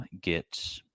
get